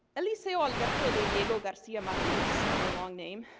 eliseo albert de diego garcia marruz, another long name,